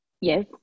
Yes